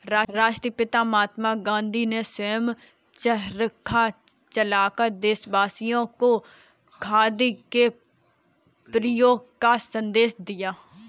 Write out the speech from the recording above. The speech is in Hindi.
राष्ट्रपिता महात्मा गांधी ने स्वयं चरखा चलाकर देशवासियों को खादी के प्रयोग का संदेश दिया